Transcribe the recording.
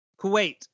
Kuwait